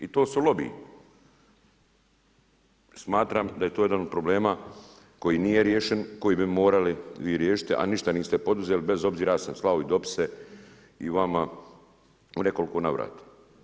I to su lobiji, smatram da je to jedan od problema koji nije riješen, koji bi morali vi riješiti a ništa niste poduzeli bez obzira ja sam slao i dopise i vama u nekoliko navrata.